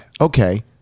okay